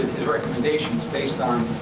his recommendations based on